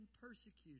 persecuted